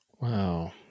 Wow